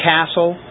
Castle